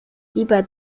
lieber